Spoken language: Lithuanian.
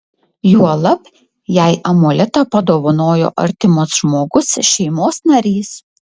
juolab jei amuletą padovanojo artimas žmogus šeimos narys